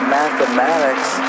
mathematics